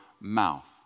mouth